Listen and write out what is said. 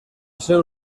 seu